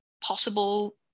possible